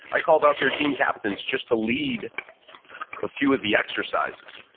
i called out their team captains just to lead a few of the exercises.